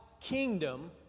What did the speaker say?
kingdom